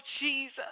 Jesus